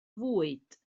fwyd